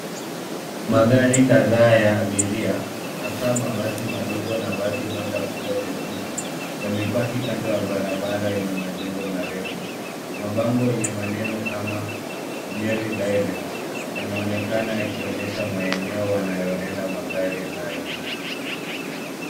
Magari kadhaa ya abiria hasaa mabasi madogo na basi moja kubwa jekundu, yamepaki kando ya barabara yenye majengo marefu. Mabango yenye maneno kama Nyeri direct yanaonekana yakionyesha maeneo wanayoenda magari hayo.